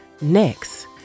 Next